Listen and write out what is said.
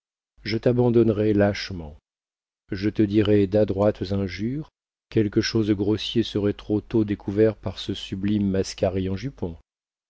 je t'abandonnerai lâchement je te dirai d'adroites injures quelque chose de grossier serait trop tôt découvert par ce sublime mascarille en jupons